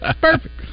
perfect